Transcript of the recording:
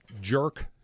jerk